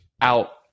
out